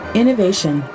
innovation